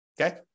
okay